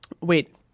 Wait